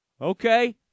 Okay